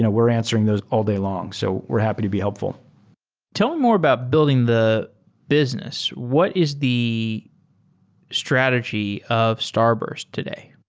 ah we're answering those all day long. so we're happy to be helpful tell more about building the business. what is the strategy of starburst today?